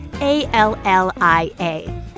a-l-l-i-a